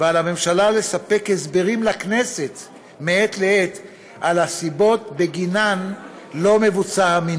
ועל הממשלה לספק הסברים לכנסת מעת לעת על הסיבות שבגינן המינוי לא נעשה.